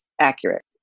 accurate